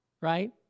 right